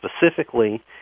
specifically